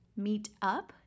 Meetup